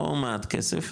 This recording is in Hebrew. לא מעט כסף,